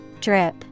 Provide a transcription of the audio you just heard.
Drip